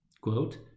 Quote